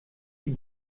die